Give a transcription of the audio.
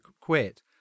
quit